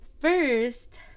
first